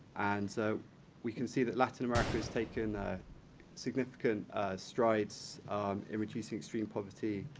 and so we can see that latin america has taken significant strides um in reducing extreme poverty,